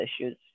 issues